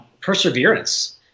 perseverance